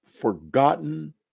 forgotten